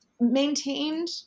maintained